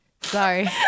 Sorry